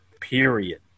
period